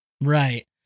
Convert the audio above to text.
Right